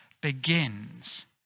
begins